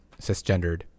cisgendered